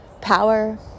Power